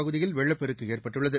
பகுதியில் வெள்ளப்பெருக்கு ஏற்பட்டுள்ளது